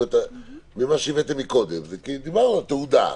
כי דיברנו על תעודה.